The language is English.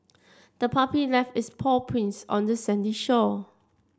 the puppy left its paw prints on the sandy shore